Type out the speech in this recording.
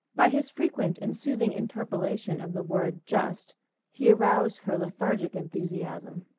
by his frequent and soothing interpolation of the word just he aroused her lethargic enthusiasm.